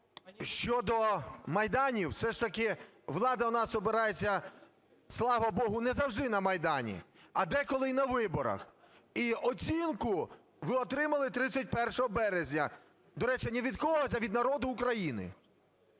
щодо майданів, все ж таки влада у нас обирається, слава Богу, не завжди на Майдані, а деколи і на виборах. І оцінку ви отримали 31 березня. До речі, не від когось, а від народу України.